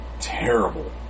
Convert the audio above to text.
terrible